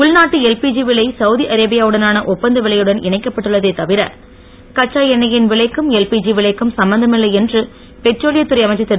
உள்நாட்டு எல்பிதி விலை சவுதி அரேபியா வுடனான ஒப்பந்த விலையுடன் இணைக்கப்பட்டுள்ளதே தவிர கச்ச எண்ணெயின் விலைக்கும் எல்பிதி விலைக்கும் சம்பந்தம் இல்லை என்று பெட்ரோலியத் துறை அமைச்சர் திரு